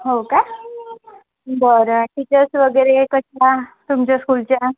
हो का बरं टीचर्स वगैरे कशा तुमच्या स्कूलच्या